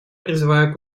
призываю